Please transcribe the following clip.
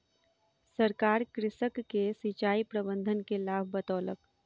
सरकार कृषक के सिचाई प्रबंधन के लाभ बतौलक